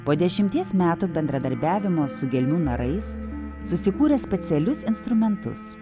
po dešimties metų bendradarbiavimo su gelmių narais susikūrė specialius instrumentus